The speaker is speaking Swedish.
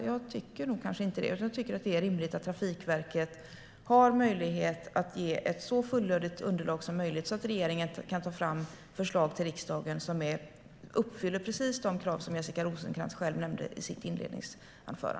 Jag tycker nog kanske inte det, utan jag tycker att det är rimligt att Trafikverket har möjlighet att ge ett så fullödigt underlag som möjligt så att regeringen kan ta fram förslag till riksdagen som uppfyller precis de krav som Jessica Rosencrantz själv nämnde i sitt inledande inlägg.